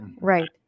Right